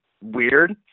weird